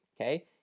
okay